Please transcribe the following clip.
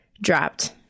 dropped